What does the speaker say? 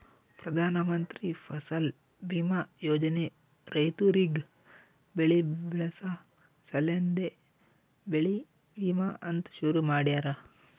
ಪ್ರಧಾನ ಮಂತ್ರಿ ಫಸಲ್ ಬೀಮಾ ಯೋಜನೆ ರೈತುರಿಗ್ ಬೆಳಿ ಬೆಳಸ ಸಲೆಂದೆ ಬೆಳಿ ವಿಮಾ ಅಂತ್ ಶುರು ಮಾಡ್ಯಾರ